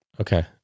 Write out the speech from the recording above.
Okay